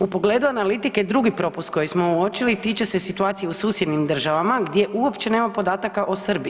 U pogledu analitike drugi propust koji smo uočili tiče se situacije u susjednim državama gdje uopće nema podataka o Srbiji.